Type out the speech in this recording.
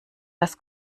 das